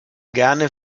gerne